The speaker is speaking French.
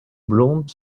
blondes